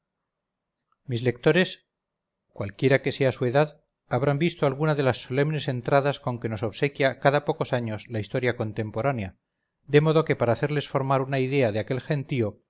mis lectores cualquiera que sea su edad habrán visto alguna de las solemnes entradas con que nos obsequia cada pocos años la historia contemporánea de modo que para hacerles formar una idea de aquel gentío